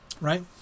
Right